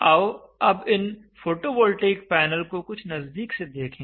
आओ अब इन फोटोवोल्टेइक पैनल को कुछ नज़दीक से देखें